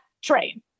train